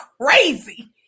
crazy